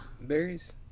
Berries